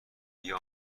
بیا